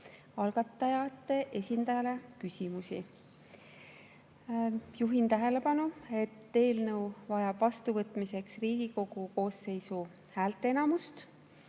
algatajate esindajale küsimusi. Juhin tähelepanu, et eelnõu vajab vastuvõtmiseks Riigikogu koosseisu häälteenamust.